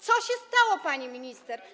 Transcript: Co się stało, pani minister?